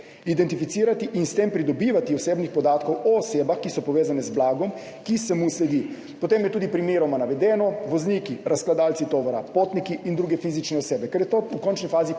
identificirati in s tem pridobivati osebnih podatkov o osebah, ki so povezane z blagom, ki se mu sledi. Potem je tudi primeroma navedeno – vozniki, razkladalci tovora, potniki in druge fizične osebe, ker je to v končni